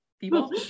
People